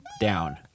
down